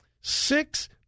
six